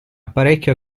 apparecchio